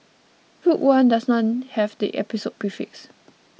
Rogue One does not have the Episode prefix